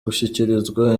gushyikirizwa